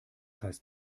heißt